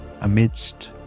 Amidst